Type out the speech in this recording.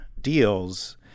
deals